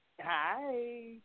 Hi